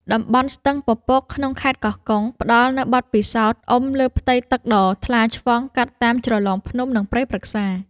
តំបន់ស្ទឹងពពកក្នុងខេត្តកោះកុង ផ្ដល់នូវបទពិសោធន៍អុំលើផ្ទៃទឹកដ៏ថ្លាឆ្វង់កាត់តាមជ្រលងភ្នំ និងព្រៃព្រឹក្សា។